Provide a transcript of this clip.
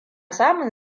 samun